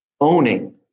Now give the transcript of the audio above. owning